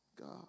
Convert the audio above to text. God